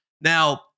Now